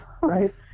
Right